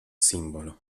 simbolo